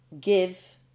give